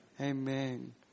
Amen